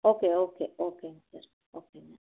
okay okay ஓகேங்க sir ஓகேங்க